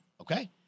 okay